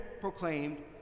proclaimed